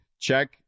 check